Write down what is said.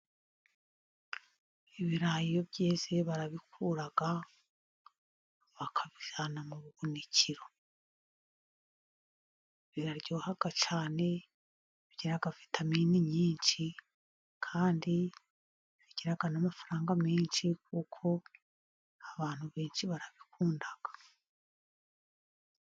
Ibirayi iyo byeze barabikura bakabijyana mu buhunikiro, biraryoha cyane bigira vitamini nyinshi kandi bigira n'amafaranga menshi kuko abantu benshi barabikunda.